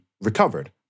recovered